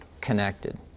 connected